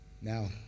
Now